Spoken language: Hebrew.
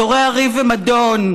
זורע ריב ומדון,